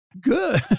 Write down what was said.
good